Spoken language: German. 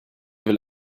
will